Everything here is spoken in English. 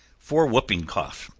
for whooping cough.